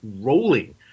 rolling